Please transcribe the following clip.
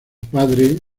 padre